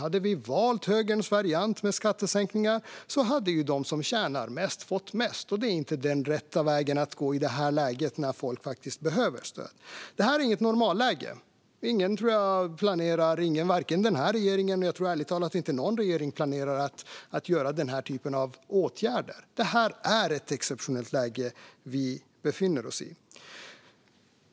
Om vi hade valt högerns variant med skattesänkningar hade de som tjänar mest fått mest. Det är inte den rätta vägen att gå i det här läget när folk behöver stöd. Det här är inget normalläge. Ingen - inte den här regeringen, och jag tror ärligt talat inte någon regering - planerar att vidta den här typen av åtgärder. Det är ett exceptionellt läge vi befinner oss i.